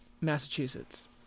Massachusetts